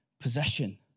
possession